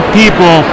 people